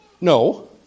no